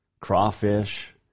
crawfish